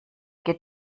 geht